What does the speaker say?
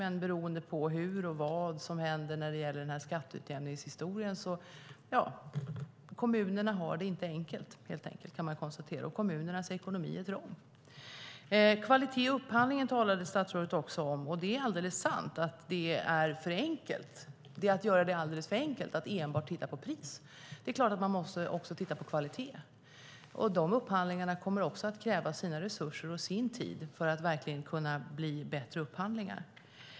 Men det är beroende på vad som händer med skatteutjämningshistorien. Kommunerna har det inte enkelt, och kommunernas ekonomi är trång. Statsrådet talade också om kvalitet i upphandlingen. Det är sant att det är att göra det alldeles för enkelt att bara titta på pris. Man måste också titta på kvalitet. De upphandlingarna kommer att kräva sina resurser och sin tid för att det ska kunna bli bättre upphandlingar.